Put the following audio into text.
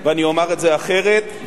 הוא יכול להגיד מה שהוא רוצה.